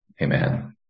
Amen